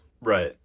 Right